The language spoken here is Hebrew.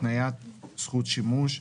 הקניית זכות שימוש,